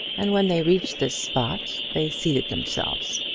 and when they reached this spot they seated themselves.